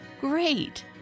Great